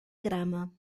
grama